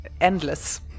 endless